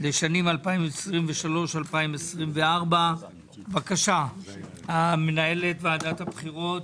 לשנים 2023-2024. מנהלת ועדת הבחירות,